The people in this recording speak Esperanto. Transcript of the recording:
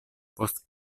post